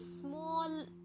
small